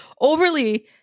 overly